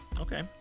Okay